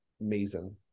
Amazing